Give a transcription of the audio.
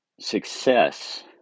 success